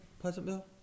Pleasantville